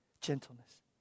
gentleness